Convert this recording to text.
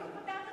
כאילו פתרת,